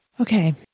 Okay